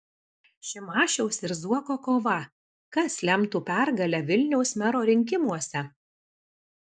šimašiaus ir zuoko kova kas lemtų pergalę vilniaus mero rinkimuose